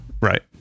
right